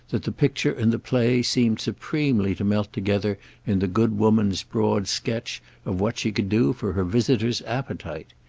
that the picture and the play seemed supremely to melt together in the good woman's broad sketch of what she could do for her visitor's appetite.